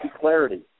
clarity